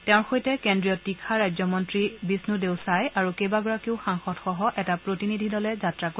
তেওঁৰ সৈতে কেন্দ্ৰীয় তীখা ৰাজ্য মন্নী বিষ্ণদেও চাই আৰু কেইবাগৰাকীও সাংসদসহ এটা প্ৰতিনিধি দলে যাত্ৰা কৰিব